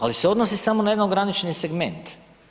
Ali se odnosi samo na jedan ograničeni segment.